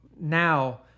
now